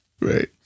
Right